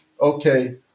okay